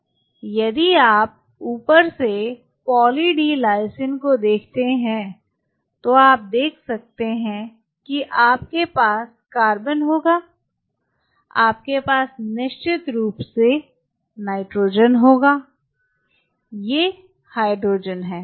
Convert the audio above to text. यदि आप ऊपर से पॉली डी लायसिन को देखते हैं तो आप देख सकते हैं कि आपके पास कार्बन होगा आपके पास निश्चित रूप से नाइट्रोजन होगा ये हाइड्रोजन हैं